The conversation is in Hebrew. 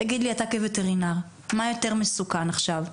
תגיד לי אתה כווטרינר, מה יותר מסוכן עכשיו: